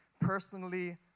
personally